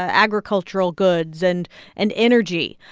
ah agricultural goods and and energy.